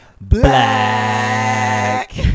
black